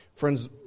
Friends